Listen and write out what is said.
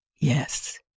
Yes